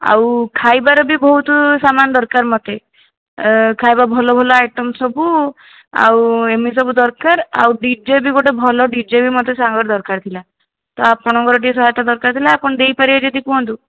ଆଉ ଖାଇବାରେ ବି ବହୁତ ସାମାନ ଦରକାର ମୋତେ ଏ ଖାଇବା ଭଲ ଭଲ ଆଇଟମ୍ ସବୁ ଆଉ ଏମିତି ସବୁ ଦରକାର ଆଉ ଡିଜେ ବି ଗୋଟେ ଭଲ ଡିଜେ ବି ମୋତେ ସାଙ୍ଗରେ ଦରକାର ଥିଲା ତ ଆପଣଙ୍କର ଟିକିଏ ସହାୟତା ଦରକାର ଥିଲା ଆପଣ ଦେଇପାରିବେ ଯଦି କୁହନ୍ତୁ